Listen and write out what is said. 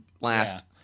last